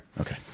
Okay